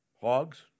hogs